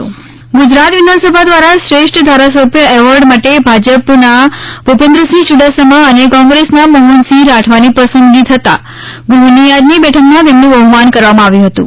વિધાનસભા શ્રેષ્ઠ વિધાયક એવોર્ડ ગુજરાત વિધાનસભા દ્વારા શ્રેષ્ઠ ધારાસભ્ય એવોર્ડ માટે ભાજપના ભૂપેન્દ્રસિંહ યુડાસમા અને કોંગ્રેસના મોહનસિંહ રાઠવાની પસંદગી થતાં ગુહ્નની આજની બેઠકમાં તેમનું બહુમાન કરવામાં આવ્યું હતું